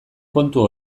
kontu